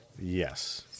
Yes